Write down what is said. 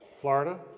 Florida